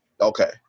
Okay